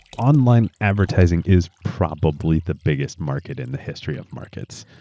online advertising is probably the biggest market in the history of markets.